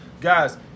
Guys